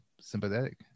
sympathetic